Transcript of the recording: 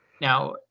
now